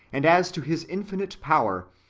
and as to his infinite power,